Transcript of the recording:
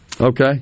Okay